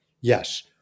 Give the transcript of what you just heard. yes